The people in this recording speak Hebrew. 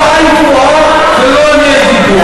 לא את היית פה ולא אני הייתי פה,